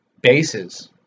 bases